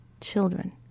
children